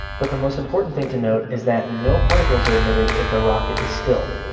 but the most important thing to note is that no particles are emitted if the rocket is still.